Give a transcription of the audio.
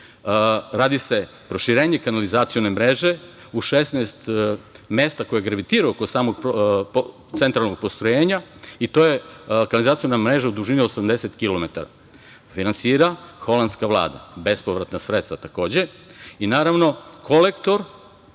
radi se proširenje kanalizacione mreže u 16 mesta koje gravitiraju oko samog centralnog postrojenja i to je kanalizaciona mreža u dužini od 80km. To finansira holandska Vlada. Bespovratna sredstva takođe. Naravno, i kolektor